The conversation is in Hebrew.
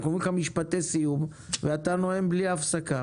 אנחנו אומרים לך "משפטי סיום" ואתה נואם בלי הפסקה.